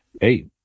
hey